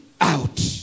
Out